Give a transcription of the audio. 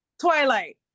Twilight